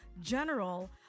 general